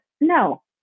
no